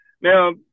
Now